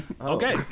Okay